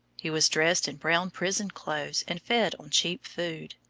he was dressed in brown prison clothes and fed on cheap food.